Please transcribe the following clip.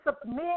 submit